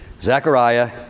Zechariah